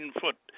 foot